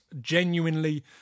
genuinely